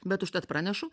bet užtat pranešu